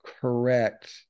correct